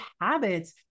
habits